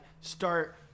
start